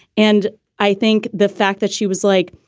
and i think the fact that she was like.